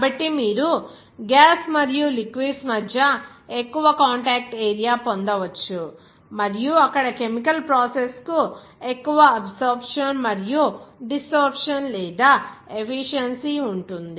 కాబట్టి మీరు గ్యాస్ మరియు లిక్విడ్స్ మధ్య ఎక్కువ కాంటాక్ట్ ఏరియా పొందవచ్చు మరియు అక్కడ కెమికల్ ప్రాసెస్ కు ఎక్కువ అబ్సోర్ప్షన్ మరియు డిసోర్ప్షన్ లేదా ఎఫిషియన్సీ ఉంటుంది